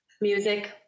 Music